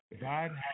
God